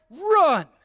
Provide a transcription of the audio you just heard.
Run